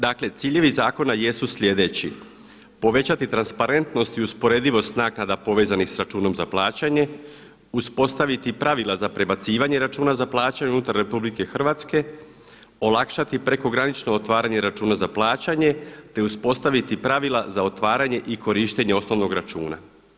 Dakle ciljevi zakona jesu sljedeći, povećati transparentnost i usporedivost naknada povezanih sa računom za plaćanje, uspostaviti pravila za prebacivanje računa za plaćanje unutar RH, olakšati prekogranično otvaranje računa za plaćanje te uspostaviti pravila za otvaranje i korištenje osnovnog računa.